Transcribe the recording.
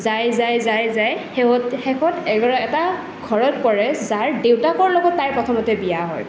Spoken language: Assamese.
যাই যাই যাই যাই শেহত শেষত এটা ঘৰত পৰে যাৰ দেউতাকৰ লগত তাইৰ প্ৰথমতে বিয়া হয়